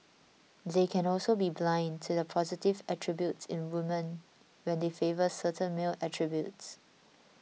they can also be blind to the positive attributes in women when they favour certain male attributes